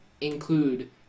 include